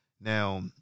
Now